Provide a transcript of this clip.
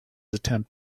attempt